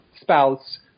spouse